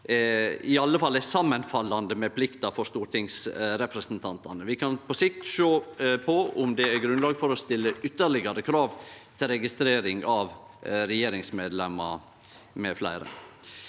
er samanfallande med plikta for stortingsrepresentantane. Vi kan på sikt sjå på om det er grunnlag for å stille ytterlegare krav til registrering av regjeringsmedlemer mfl.